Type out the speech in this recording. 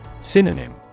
Synonym